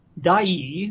Dai